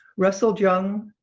russell jeung,